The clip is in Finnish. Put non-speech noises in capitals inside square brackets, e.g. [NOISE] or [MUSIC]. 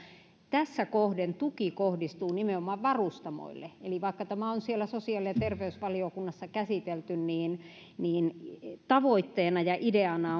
tässä kohden tuki kohdistuu nimenomaan varustamoille eli vaikka tämä on siellä sosiaali ja terveysvaliokunnassa käsitelty niin niin tavoitteena ja ideana [UNINTELLIGIBLE]